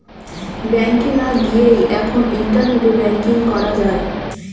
ব্যাংকে না গিয়েই এখন ইন্টারনেটে ব্যাঙ্কিং করা যায়